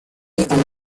and